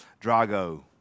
Drago